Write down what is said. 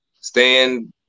stand –